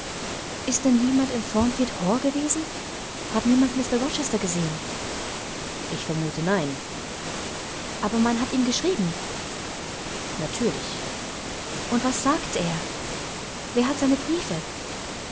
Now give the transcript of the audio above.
ist denn niemand in thornfield hall gewesen hat niemand mr rochester gesehen ich vermute nein aber man hat ihm geschrieben natürlich und was sagte er wer hat seine briefe